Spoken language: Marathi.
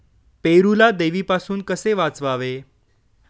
पेरूला देवीपासून कसे वाचवावे?